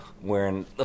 wearing